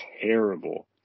terrible